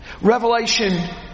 Revelation